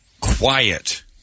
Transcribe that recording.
quiet